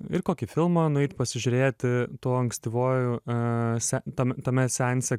ir kokį filmą nueit pasižiūrėti tuo ankstyvuoju a se tam tame seanse